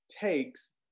takes